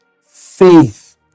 Faith